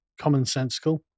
commonsensical